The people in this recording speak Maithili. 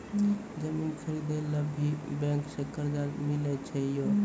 जमीन खरीदे ला भी बैंक से कर्जा मिले छै यो?